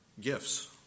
gifts